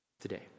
today